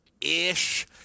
Ish